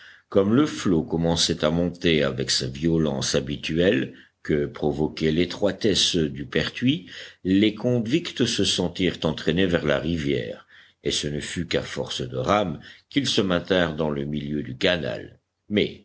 comme le flot commençait à monter avec sa violence habituelle que provoquait l'étroitesse du pertuis les convicts se sentirent entraînés vers la rivière et ce ne fut qu'à force de rames qu'ils se maintinrent dans le milieu du canal mais